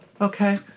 Okay